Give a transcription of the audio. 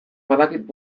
badakit